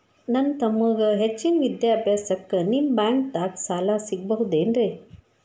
ನನ್ನ ತಮ್ಮಗ ಹೆಚ್ಚಿನ ವಿದ್ಯಾಭ್ಯಾಸಕ್ಕ ನಿಮ್ಮ ಬ್ಯಾಂಕ್ ದಾಗ ಸಾಲ ಸಿಗಬಹುದೇನ್ರಿ?